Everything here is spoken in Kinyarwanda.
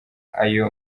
ayo